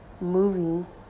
moving